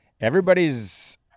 everybody's